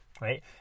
Right